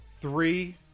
Three